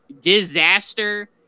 disaster